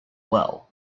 well